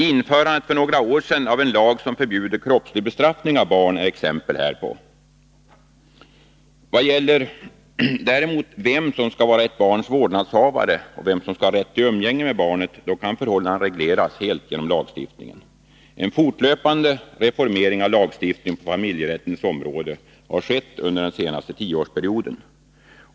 Införandet för några år sedan av en lag som förbjuder kroppslig bestraffning av barn är exempel härpå. Men i vad gäller vem som skall vara ett barns vårdnadshavare och vem som skall ha rätt till umgänge med barnet kan förhållandena regleras helt genom lagstiftningen. En fortlöpande reformering av lagstiftningen på familjerättens område har skett under den senaste tioårsperioden.